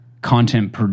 content